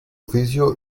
oficio